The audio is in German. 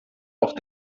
auch